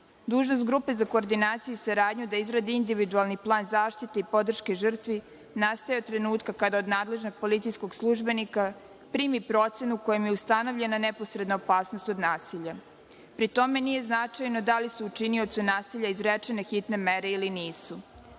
našla. Dužnost grupe za koordinaciju i saradnju je da izradi individualni plan zaštite i podrške žrtvi i nastao je od trenutka kada od nadležnog policijskog službenika primi procenu kojima je ustanovljena neposredna opasnost od nasilja. Pri tome nije značajno da li su učiniocu nasilja izrečene hitne mere ili nisu. Svrha